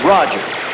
Rogers